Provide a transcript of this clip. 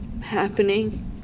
happening